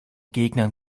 gegner